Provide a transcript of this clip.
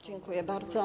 Dziękuję bardzo.